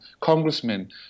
congressmen